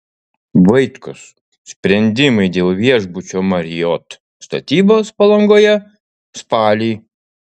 vaitkus sprendimai dėl viešbučio marriott statybos palangoje spalį